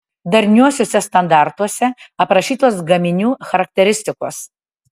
darniuosiuose standartuose aprašytos gaminių charakteristikos